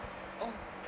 mm